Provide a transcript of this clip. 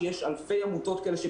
שיש אלפי עמותות כאלה,